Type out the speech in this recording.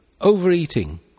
overeating